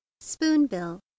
Spoonbill